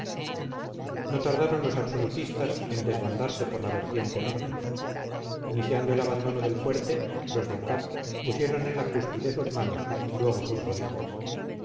no tardaron los absolutistas en desbandarse por la vertiente norte iniciado el abandono del fuerte los de acá pusieron en la cúspide sus manos luego sus rodillas